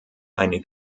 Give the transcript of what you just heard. eine